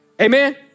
Amen